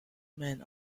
men